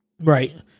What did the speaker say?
Right